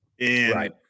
Right